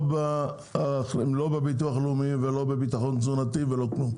לא בביטוח לאומי ולא בביטחון תזונתי ולא כלום.